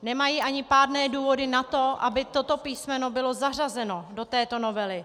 Nemají ani pádné důvody na to, aby toto písmeno bylo zařazeno do této novely.